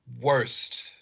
worst